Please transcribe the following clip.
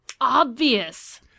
obvious